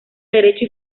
derecho